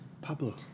Pablo